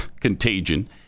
contagion